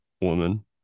woman